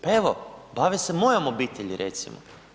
Pa evo, bave se mojom obitelji recimo.